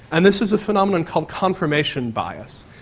and this is a phenomenon called confirmation bias.